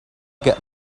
get